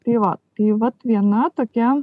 tai va tai vat viena tokia